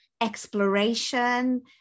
exploration